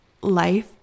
life